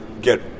get